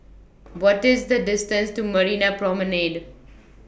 What IS The distance to Marina Promenade